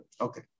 okay